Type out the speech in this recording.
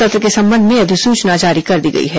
सत्र के संबंध में अधिसूचना जारी कर दी गई है